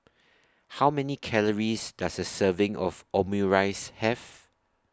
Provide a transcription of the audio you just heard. How Many Calories Does A Serving of Omurice Have